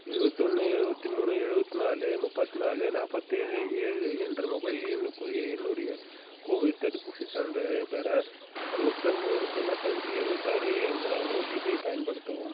எழுபத்தி ஒன்று எழுபத்தி மூணு எழுபத்தி நாலு முப்பத்தி நாலு நாப்பத்தி ஏழு ஏழு என்ற மொபைல் எண்ணுக்குரிய என்னுடைய கோவிட் தடுப்பூசிச் சான்றிதழைப் பெற அறுபத்தொம்போது தொண்ணூத்தஞ்சு எழுபத்தாறு என்ற ஓடிபியை பயன்படுத்தவும்